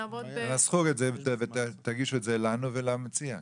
תנסחו ותגישו לנו ולמציע.